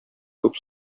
күп